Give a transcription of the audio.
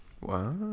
Wow